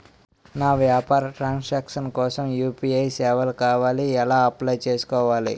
నా వ్యాపార ట్రన్ సాంక్షన్ కోసం యు.పి.ఐ సేవలు కావాలి ఎలా అప్లయ్ చేసుకోవాలి?